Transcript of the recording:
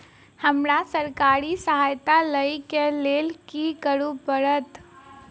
हमरा सरकारी सहायता लई केँ लेल की करऽ पड़त?